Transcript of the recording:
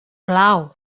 plau